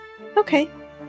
okay